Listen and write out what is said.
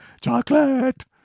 Chocolate